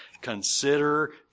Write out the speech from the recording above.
consider